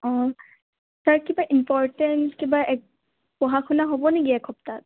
অঁ তাৰ কিবা ইম্পৰ্টেণ্ট কিবা পঢ়া শুনা হ'ব নেকি এসপ্তাত